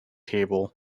table